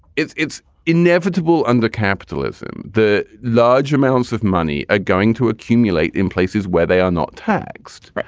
it's it's inevitable under capitalism, the large amounts of money are going to accumulate in places where they are not taxed.